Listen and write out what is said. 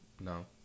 no